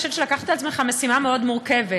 אני חושבת שלקחת על עצמך משימה מאוד מורכבת,